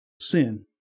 sin